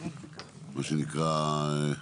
מה שנקרא,